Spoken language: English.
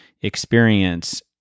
experience